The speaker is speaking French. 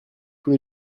tous